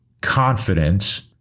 confidence